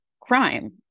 crime